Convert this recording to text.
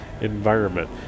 environment